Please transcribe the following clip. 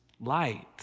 light